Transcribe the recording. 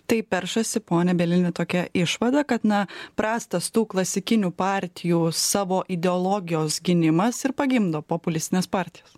tai peršasi pone bielini tokia išvada kad na prastas tų klasikinių partijų savo ideologijos gynimas ir pagimdo populistines partijas